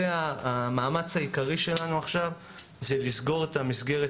המאמץ העיקרי שלנו עכשיו הוא לסגור את המסגרת